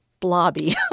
Blobby